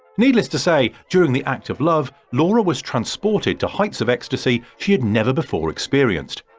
needless to say during the act of love laura was transported to heights of ecstasy she had never before experienced,